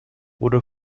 wurde